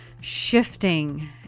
shifting